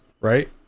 right